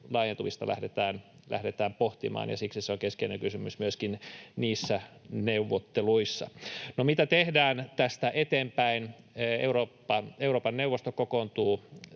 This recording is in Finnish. lähdetään pohtimaan, ja siksi se on keskeinen kysymys myöskin niissä neuvotteluissa. No, mitä tehdään tästä eteenpäin? Eurooppa-neuvosto kokoontuu